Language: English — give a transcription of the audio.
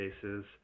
cases